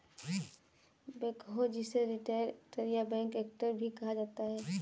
backhoe जिसे rear actor या back actor भी कहा जाता है